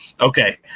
Okay